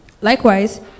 Likewise